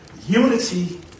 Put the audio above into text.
Unity